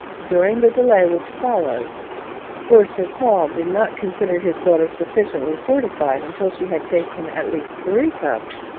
during the delay which followed for sir paul did not consider his daughter sufficiently fortified until she had taken at least three cups